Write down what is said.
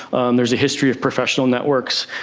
and there's a history of professional networks,